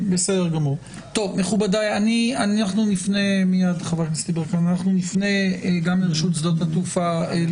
מכובדיי, אני נפנה גם לרשות שדות התעופה.